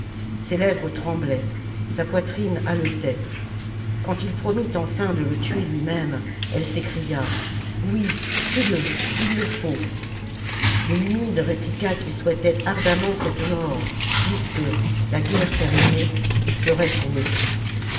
ses lèvres tremblaient sa poitrine haletait quand il promit enfin de le tuer lui-même elle s'écria oui tue le il le faut le numide répliqua qu'il souhaitait ardemment cette mort puisque la guerre termmée il serait son époux